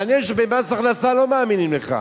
מעניין שבמס הכנסה לא מאמינים לך.